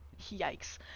yikes